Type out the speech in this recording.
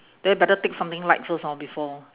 then you better take something light first lor before